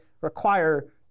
require